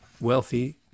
wealthy